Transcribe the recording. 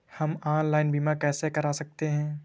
हम ऑनलाइन बीमा कैसे कर सकते हैं?